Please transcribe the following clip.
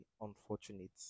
unfortunate